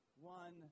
one